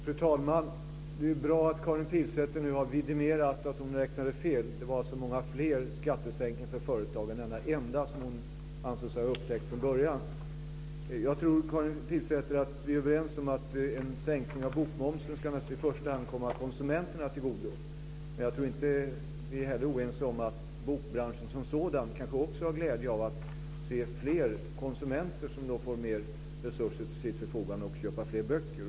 Fru talman! Det är bra att Karin Pilsäter nu har vidimerat att hon räknade fel. Det var alltså många fler skattesänkningar för företagen än den enda som hon ansåg sig ha upptäckt från början. Jag tror, Karin Pilsäter, att vi är överens om att en sänkning av bokmomsen i första hand naturligtvis ska komma konsumenterna till godo. Jag tror inte heller att vi är oense om att bokbranschen som sådan också har glädje av att se fler konsumenter som får mer resurser till sitt förfogande för att köpa fler böcker.